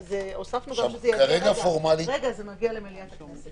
וזה מגיע למליאת הכנסת